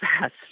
fast